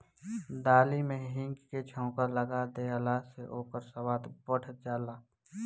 दाली में हिंग के छौंका लगा देहला से ओकर स्वाद बढ़ जाला